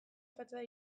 fatxada